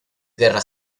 guerra